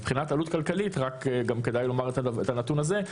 מבחינת עלות כלכלית רק כדאי לומר את הנתון הזה,